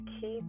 Keep